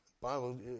Bible